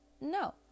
No